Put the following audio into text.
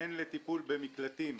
הן לטיפול במקלטים,